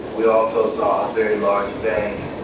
we also saw a very large bank,